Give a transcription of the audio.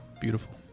beautiful